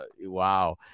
wow